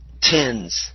tens